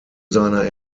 seiner